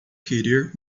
querer